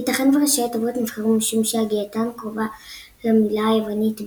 ייתכן וראשי התיבות נבחרו משום שהגייתן קרובה למילה היוונית "בית"